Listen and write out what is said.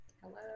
Hello